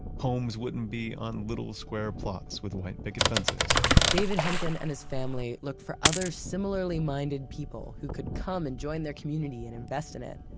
homes wouldn't be on little square plots with white picket fences david henken and his family looked for other, similarly-minded people who could come and join their community and invest in it.